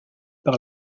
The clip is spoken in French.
par